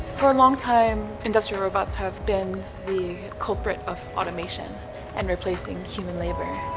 for a long time industrial robots have been the culprit of automation and replacing human labor.